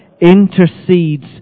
intercedes